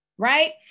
Right